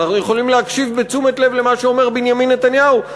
אנחנו יכולים להקשיב בתשומת לב למה שבנימין נתניהו,